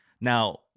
Now